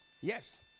Yes